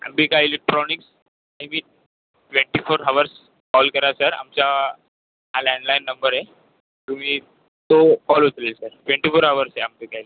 Ambika electronic नेहमीच twenty four hours call करा sir आमच्या हा लँडलाईन नंबर आहे तुम्ही तो कॉल उचलेल सर ट्वेंटी फोर अवर्स आहे अंबिका इले